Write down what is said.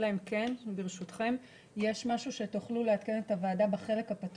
יש משהו שתרצו לעדכן לפני כן?